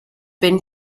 been